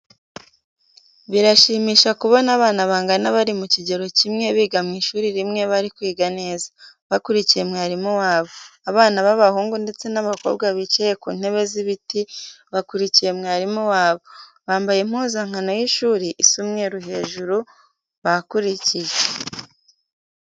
Birashimisha kubona abana bangana bari mu kigero kimwe biga mu ishuri rimwe bari kwiga neza, bakurikiye mwarimu wabo. Abana b'abahungu ndetse n'abakobwa bicaye ku ntebe z'ibiti bakurikiye mwarimu wabo, bambaye impuzankano y'ishuri isa umweru hejuru bakurikiye.